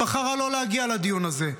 בחרה לא להגיע לדיון הזה.